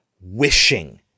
wishing